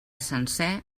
sencer